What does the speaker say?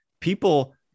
people